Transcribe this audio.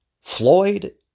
Floyd